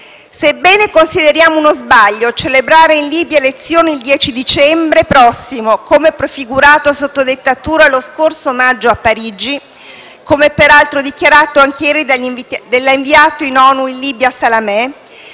Sebbene consideriamo uno sbaglio celebrare in Libia elezioni il 10 dicembre prossimo, come prefigurato sotto dettatura lo scorso maggio a Parigi e come peraltro dichiarato anche ieri dall'inviato ONU in Libia Salamé,